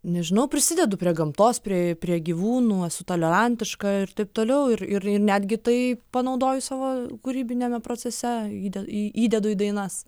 nežinau prisidedu prie gamtos prie prie gyvūnų esu tolerantiška ir taip toliau ir ir ir netgi tai panaudoju savo kūrybiniame procese dėl į įdedu į dainas